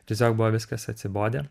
tiesiog buvo viskas atsibodę